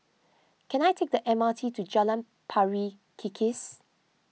can I take the M R T to Jalan Pari Kikis